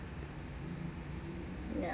yup